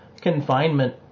confinement